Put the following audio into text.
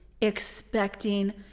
expecting